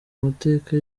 mateka